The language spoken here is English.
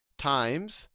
times